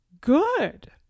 good